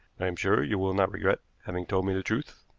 i am sure you will not regret having told me the truth.